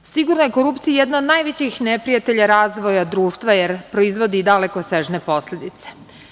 Sigurno je korupcija jedna od najvećih neprijatelja razvoja društva jer proizvodi i dalekosežne posledice.